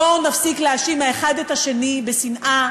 בואו נפסיק להאשים האחד את השני בשנאה.